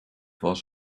was